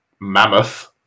Mammoth